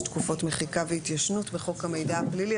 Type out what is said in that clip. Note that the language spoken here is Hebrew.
תקופות מחיקה והתיישנות בחוק המידע הפלילי,